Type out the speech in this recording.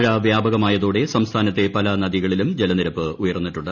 മഴ വ്യാപകമായതോടെ സംസ്ഥാനത്തെ പല നദികളിലും ജലനിരപ്പ് ഉയർന്നിട്ടുണ്ട്